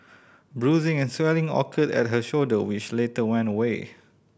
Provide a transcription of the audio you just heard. bruising and swelling occurred at her shoulder which later went away